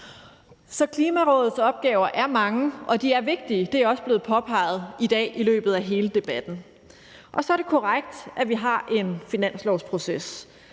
Så Klimarådets opgaver er mange, og de er vigtige. Det er også blevet påpeget i dag i løbet af hele debatten. Og så er det korrekt, at vi har en finanslovsproces,